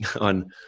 on